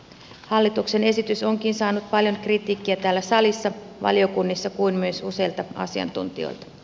hallituksen esitys onkin saanut paljon kritiikkiä täällä salissa ja valiokunnissa kuin myös useilta asiantuntijoilta